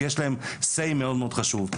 כי יש להם say מאוד חשוב.